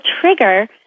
trigger